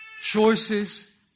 Choices